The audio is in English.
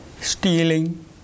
stealing